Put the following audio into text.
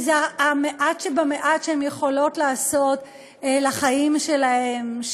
כי זה המעט שבמעט שהן יכולות לעשות לחיים שלהן,